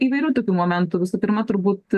įvairių tokių momentų visų pirma turbūt